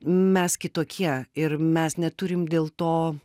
mes kitokie ir mes neturim dėl to